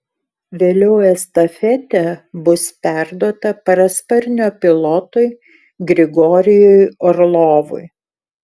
vėliau estafetė bus perduota parasparnio pilotui grigorijui orlovui